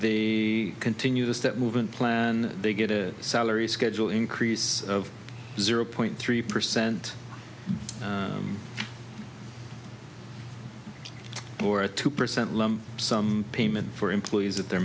the continue to step movement plan they get a salary schedule increase of zero point three percent or a two percent lump sum payment for employees at their